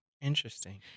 Interesting